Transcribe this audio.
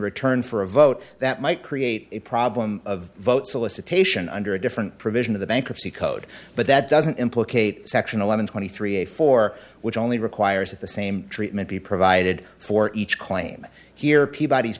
return for a vote that might create a problem of vote solicitation under a different provision of the bankruptcy code but that doesn't implicate section eleven twenty three a for which only requires that the same treatment be provided for each claim